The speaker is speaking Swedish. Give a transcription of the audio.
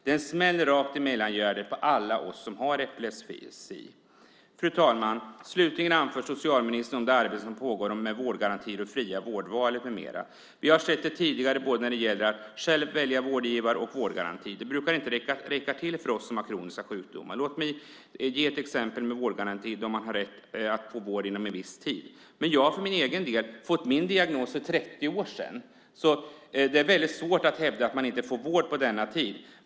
Det är en smäll rakt i mellangärdet på alla oss som har epilepsi. Fru talman! Slutligen anför socialministern det arbete som pågår med vårdgarantier, det fria vårdvalet med mera. Vi har sett detta tidigare, både detta med att själv välja vårdgivare och vårdgaranti. Det brukar inte räcka till för oss som har kroniska sjukdomar. Låt mig som exempel ta detta med vårdgaranti, då man har rätt att få vård inom en viss tid. Jag har för min egen del fått min diagnos för snart 30 år sedan. Det är väldigt svårt att hävda att man inte får vård på denna tid.